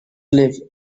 live